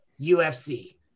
UFC